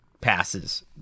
passes